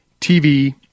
TV